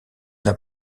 n’a